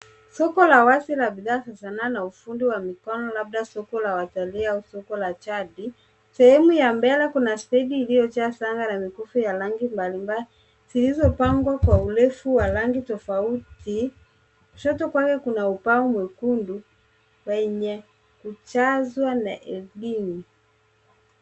Soko la wazi la bidhaa za sanaa na ufundi wa mikono labda soko la watalii au soko la jadi. Sehemu ya mbele kuna stendi iliyojaa shanga na mikufu ya rangi mbalimbali zilizopangwa kwa urefu wa rangi tofauti. Kushoto kwake kuna ubao mwekundu wenye kujazwa na eldini.